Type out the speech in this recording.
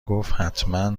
گفت، حتما